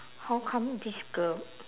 how come this girl